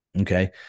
Okay